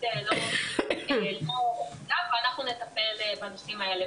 לא ראויה ואנחנו נטפל בנושאים האלה.